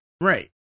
Right